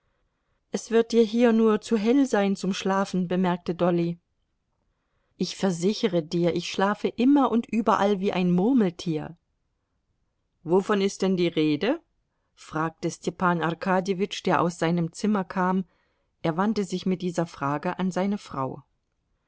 es wird dir hier nur zu hell sein zum schlafen bemerkte dolly ich versichere dir ich schlafe immer und überall wie ein murmeltier wovon ist denn die rede fragte stepan arkadjewitsch der aus seinem zimmer kam er wandte sich mit dieser frage an seine frau